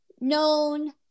known